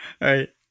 right